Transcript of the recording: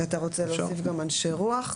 אתה רוצה להוסיף גם אנשי רוח,